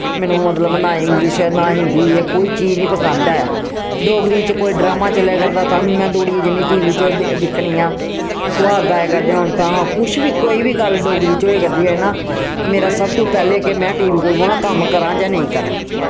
मैनू मतलब ना इंग्लिश ना हिन्दी एह् कोई चीज निं पसंद ऐ डोगरी च कोई ड्रामा चले करदा तां वी में दौड़ियै जन्नी टी वी च द दिक्खनी आं सोहाग गाए करदे होन तां कुछ वी कोई वी गल्ल डोगरी च होए करदी होऐ ना मेरा सब तो पैह्लें के में टी वी कोल बौना कम्म करां जां नेईं करां